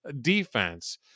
defense